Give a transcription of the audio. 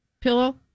pillow